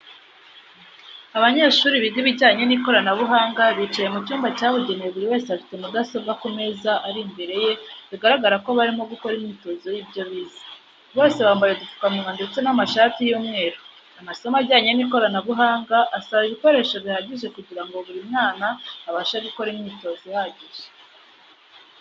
Abanyeshuri biga ibijyanye n'ikoranabuhanga bicaye mu cyumba cyabugenewe buri wese afite mudasobwa ku meza ari imbere ye bigaragara ko barimo gukora imyitozo y'ibyo bize, bose bambaye udupfukamunwa ndetse n'amashati y'umweru. Amasomo ajyanye n'ikoranabuhanga asaba ibikoreso bihagije kugirango buri mwana abashe gukora imyitozo ihagije.